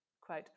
Quote